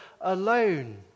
alone